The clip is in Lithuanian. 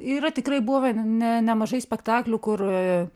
yra tikrai buvę ne nemažai spektaklių kur